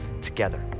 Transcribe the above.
together